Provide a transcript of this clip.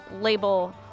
label